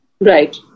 Right